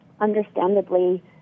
understandably